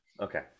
okay